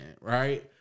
Right